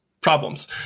Problems